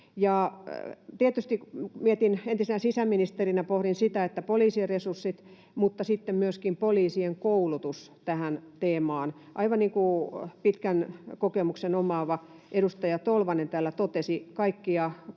entisenä sisäministerinä pohdin poliisin resursseja mutta myöskin poliisien koulutusta tähän teemaan. Aivan niin kuin pitkän kokemuksen omaava edustaja Tolvanen täällä totesi,